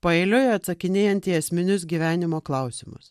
paeiliui atsakinėjant į esminius gyvenimo klausimus